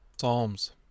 Psalms